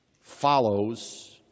follows